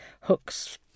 hooks